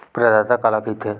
प्रदाता काला कइथे?